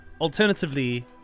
alternatively